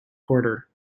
quarter